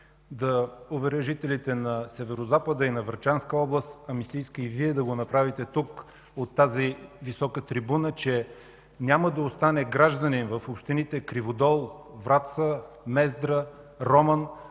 да уверя жителите на Северозапада и на Врачанска област, а ми се иска и Вие да го направите тук, от тази висока трибуна, че няма да остане гражданин в общините Криводол, Враца, Мездра, Роман,